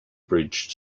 bridge